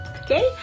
okay